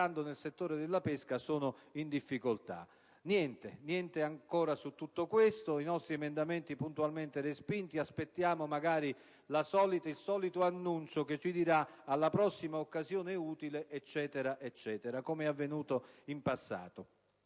Niente ancora su tutto questo. I nostri emendamenti puntualmente sono stati respinti. Aspettiamo magari il solito annuncio che ci dirà: «Alla prossima occasione utile...», eccetera, eccetera, come è avvenuto in passato.